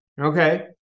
Okay